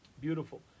Beautiful